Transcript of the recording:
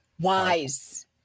wise